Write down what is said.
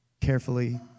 carefully